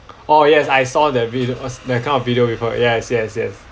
oh yes I saw that video that kind of video before yes yes yes